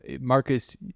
Marcus